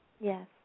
Yes